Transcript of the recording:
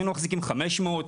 היינו מחזיקים 500,